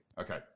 Okay